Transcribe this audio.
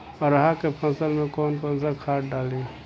अरहा के फसल में कौन कौनसा खाद डाली?